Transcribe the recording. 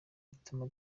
bituma